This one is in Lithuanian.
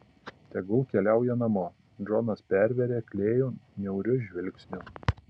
tegul keliauja namo džonas pervėrė klėjų niauriu žvilgsniu